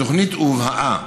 הובאה